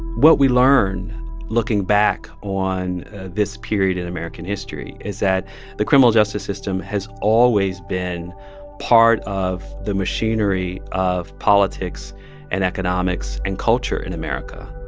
what we learn looking back on this period in american history is that the criminal justice system has always been part of the machinery machinery of politics and economics and culture in america